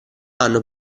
hanno